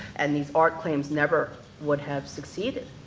and these art claims never would have succeeded.